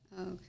Okay